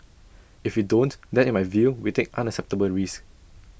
if we don't then in my view we take unacceptable risks